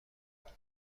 کند